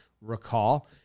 recall